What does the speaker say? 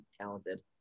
talented